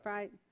Right